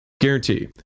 Guarantee